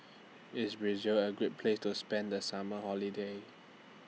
IS Brazil A Great Place to spend The Summer Holiday